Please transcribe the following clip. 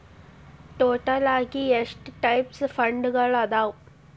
total ಆಗಿ ಎಷ್ಟ types ಫಂಡ್ಗಳದಾವ